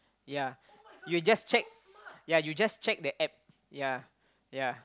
yea you just check yea you just cheek the App yea yea